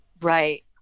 Right